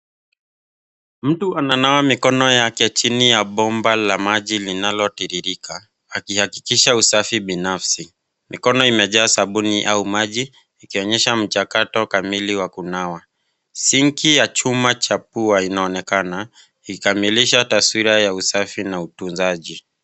Mtu ananawa mikono yake chini ya bomba la maji linalotiririka akihakikisha usafi binafsi. Mikono imejaa sabuni au maji ikionyesha mchakato kamili wa kunawa. Sinki ya chuma cha pua inaonekana ikikamilisha taswira ya usafi na utunzaji.